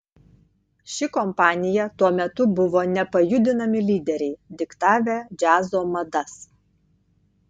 ši kompanija tuo metu buvo nepajudinami lyderiai diktavę džiazo madas